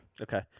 Okay